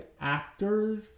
actors